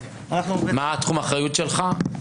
מה תחום האחריות שלך?